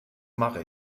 mache